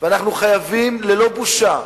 ואנחנו חייבים, ללא בושה,